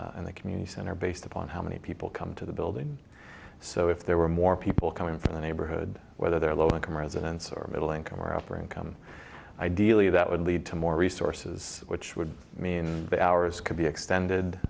the community center based upon how many people come to the building so if there were more people coming from the neighborhood whether they're low income residents or middle income or upper income ideally that would lead to more resources which would mean the hours could be extended